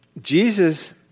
Jesus